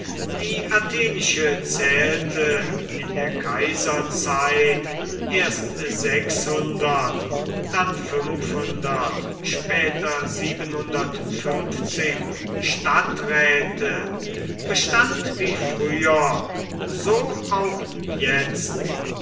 die athenische zählte in der kaiserzeit erst sechs dann später stadträte bestand wie früher so auch jetzt